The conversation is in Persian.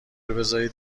بذارید